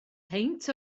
peint